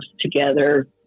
together